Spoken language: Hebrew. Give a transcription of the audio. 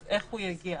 אז איך הוא יגיע?